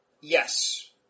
yes